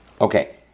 Okay